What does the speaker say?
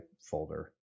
folder